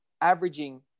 averaging